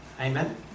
Amen